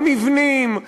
במבנים,